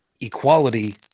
equality